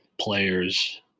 players